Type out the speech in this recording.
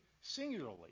singularly